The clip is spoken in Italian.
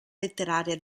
letteraria